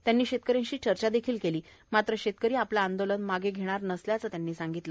त्यांनी शेतकऱ्यांशी चर्चा केली मात्र शेतकरी आंदोलन मागे घेणार नसल्याचे त्यांनी सांगितले